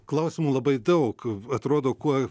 klausimų labai daug atrodo kuo